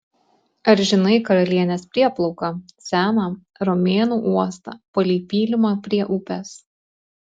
ar žinai karalienės prieplauką seną romėnų uostą palei pylimą prie upės